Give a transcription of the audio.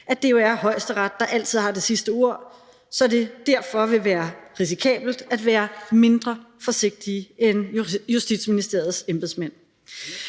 at det jo er Højesteret, der altid har det sidste ord, så det derfor vil være risikabelt at være mindre forsigtig end Justitsministeriets embedsmænd.